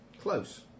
Close